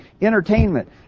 entertainment